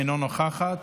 אינה נוכחת,